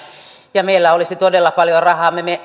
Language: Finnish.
ja meillä olisi todella paljon rahaa me me